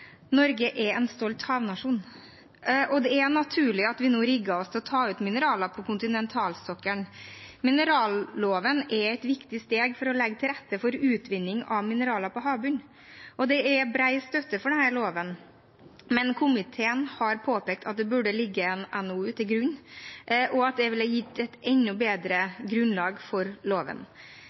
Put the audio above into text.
Norge er en stolt havnasjon, og det er naturlig at vi nå rigger oss til å ta ut mineraler på kontinentalsokkelen. Mineralloven er et viktig steg for å legge til rette for utvinning av mineraler på havbunnen. Det er bred støtte for denne loven, men komiteen har påpekt at det burde ha ligget en NOU til grunn, og at det ville gitt et enda bedre grunnlag for loven.